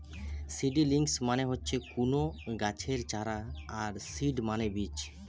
seedlings মানে হচ্ছে কুনো গাছের চারা আর সিড মানে বীজ